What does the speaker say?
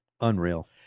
Unreal